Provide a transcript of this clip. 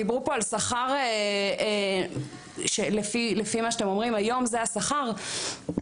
דיברו פה על שכר שלפי מה שאתם אומרים היום זה השכר אוקיי,